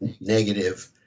negative